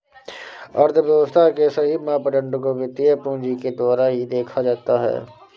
अर्थव्यव्स्था के सही मापदंड को वित्तीय पूंजी के द्वारा ही देखा जाता है